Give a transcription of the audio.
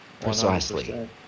precisely